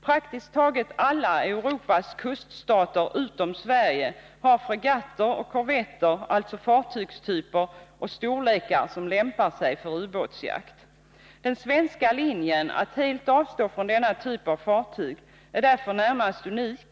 Praktiskt taget alla Europas kuststater utom Sverige har fregatter eller korvetter, alltså fartygstyper och storlekar som lämpar sig för ubåtsjakt. Den svenska linjen att helt avstå från denna typ av fartyg är därför närmast unik.